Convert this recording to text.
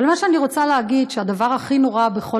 אבל מה שאני רוצה להגיד הוא שהדבר הכי נורא בכל